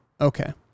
okay